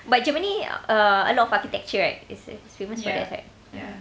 but germany err a lot of architecture right i~ is famous for that right